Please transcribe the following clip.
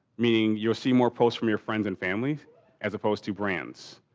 meaning you'll see more posts from your friends and family as opposed to brands.